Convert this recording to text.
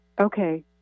Okay